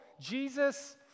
Jesus